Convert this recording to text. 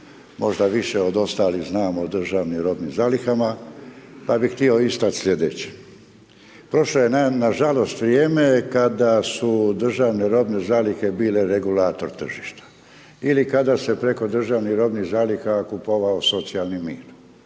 možda više od ostalih znam o državnim robnim zalihama pa bi htio istać slijedeće. Prošlo je nažalost vrijeme kada su državne robne zalihe bile regulator tržišta ili kada se preko državnih robnih zaliha kupovao socijalni mir.